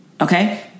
Okay